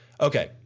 Okay